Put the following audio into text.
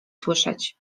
słyszeć